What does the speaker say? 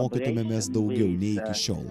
mokytumėmės daugiau nei iki šiol